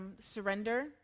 Surrender